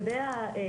האולם.